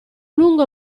lungo